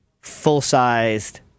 full-sized